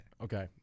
Okay